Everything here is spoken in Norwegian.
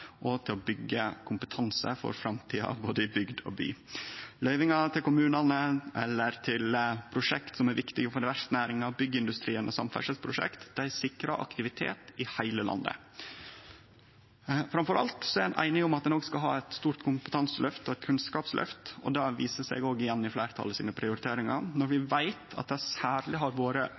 og til å byggje kompetanse for framtida både i bygd og by. Løyvingar til kommunane eller til prosjekt som er viktige innanfor verftsnæringa, byggjeindustrien og samferdselsprosjekt, sikrar aktivitet i heile landet. Framfor alt er ein einige om at ein òg skal ha eit stort kompetanseløft og eit kunnskapsløft, og det viser seg igjen i fleirtalet sine prioriteringar. Når vi veit at det særleg har vore